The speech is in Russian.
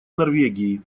норвегии